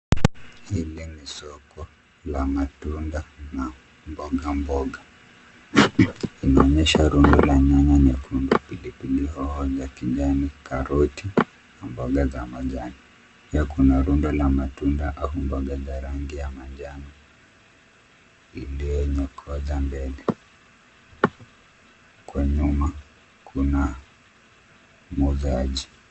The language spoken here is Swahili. Hili ni soko la matunda na mboga mboga inaonyesha rundo la nyanya nyekundu na pili pili hoho za kijani, karoti na mboga za majani. Pia kuna rundo la matunda au mboga za rangi ya manjano ilio anikwa mbele kwa nyuma kuna muuzaji.